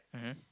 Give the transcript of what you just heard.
mmhmm